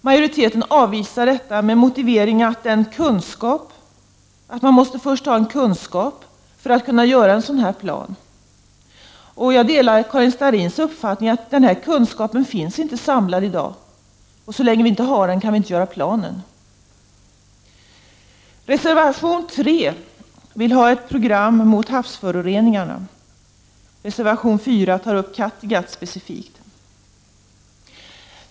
Majoriteten avvisar detta med motiveringen att man först behöver samla kunskap för att kunna göra en sådan plan. Jag delar Karin Starrins uppfattning att denna kunskap inte finns samlad i dag, och så länge vi inte har den kan vi inte göra upp någon plan. Reservation 3 vill ha ett program mot havsföroreningarna. Reservation 4 tar upp Kattegatt specifikt.